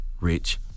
rich